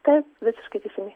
taip visiškai teisingai